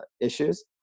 issues